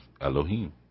Elohim